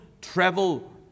travel